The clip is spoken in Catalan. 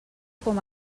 com